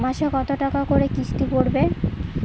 মাসে কত টাকা করে কিস্তি পড়বে?